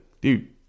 dude